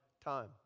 time